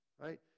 Right